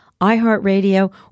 iHeartRadio